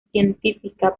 científica